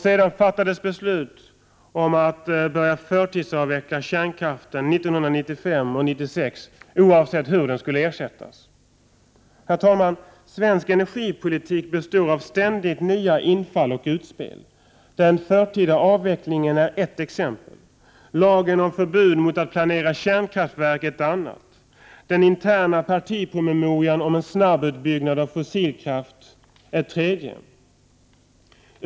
Sedan fattades beslut om att förtidsavveckla kärnkraft 1995 och 1996, oavsett hur den skulle ersättas. Herr talman! Svensk energipolitik består av ständigt nya infall och utspel. Den förtida avvecklingen är ett exempel. Lagen om förbud mot att planera kärnkraftverk är ett annat. Den interna partipromemorian om en snabbutbyggnad av fossilkraft är ett tredje.